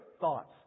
thoughts